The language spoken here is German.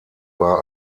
war